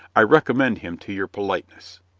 i recommend him to your politeness.